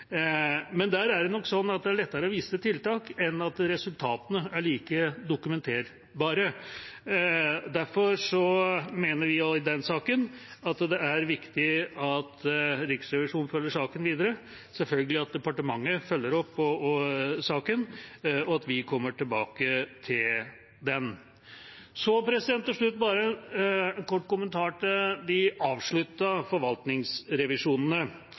det er lettere å vise til tiltak enn å dokumentere resultatene. Derfor mener vi også i den saken at det er viktig at Riksrevisjonen følger saken videre, og selvfølgelig at departementet følger opp saken, og at vi kommer tilbake til den. Så til slutt bare en kort kommentar til de avsluttede forvaltningsrevisjonene: